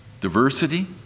Diversity